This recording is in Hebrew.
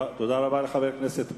תודה רבה לחבר הכנסת ברכה.